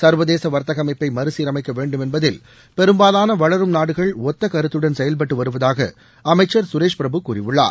சர்வதேச வர்த்தக அமைப்பை மறு சீரமைக்க வேண்டும் என்பதில் பெரும்பாலான வளரும் நாடுகள் ஒத்த கருத்துடன் செயல்பட்டு வருவதாக அமைச்சர் சுரேஷ் பிரபு கூறியுள்ளார்